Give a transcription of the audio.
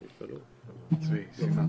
תודה רבה.